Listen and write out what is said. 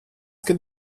kad